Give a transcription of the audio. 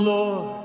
Lord